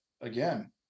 again